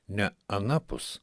ne anapus